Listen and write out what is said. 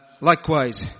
likewise